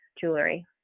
Jewelry